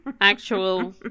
actual